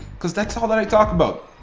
because that's all that i talk about.